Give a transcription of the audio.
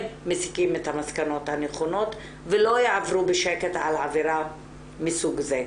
מסיקים את המסקנות הנכונות ולא יעברו בשקט על עבירה מסוג זה.